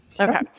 Okay